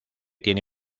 tiene